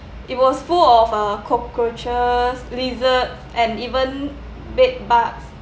it was full of uh cockroaches lizard and even bedbugs